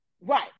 right